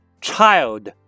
child